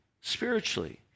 spiritually